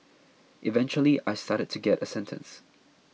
eventually I started to get a sentence